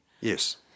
Yes